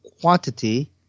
quantity